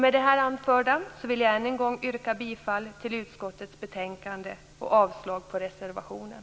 Med det anförda yrkar jag ännu en gång bifall till hemställan i utskottets betänkande och avslag på reservationen.